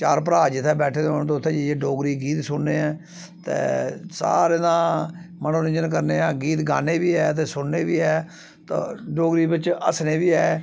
चार भ्राऽ जित्थै बैठे दे होन ते उत्थै जाइयै डोगरी गीत सुनने ऐ ते सारें दा मनोरंजन करने आं गीत गान्ने बी है ते सुनने बी ऐ ते डोगरी बिच्च हस्सने बी ऐ